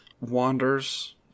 wanders